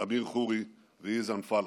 אביר חורי ויזן פלאח.